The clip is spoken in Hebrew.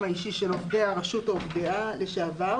האישי של עובדי הרשות או עובדיה לשעבר,